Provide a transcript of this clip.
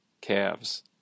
calves